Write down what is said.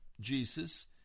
Jesus